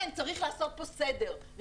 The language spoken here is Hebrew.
צריך לעשות פה סדר.